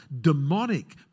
demonic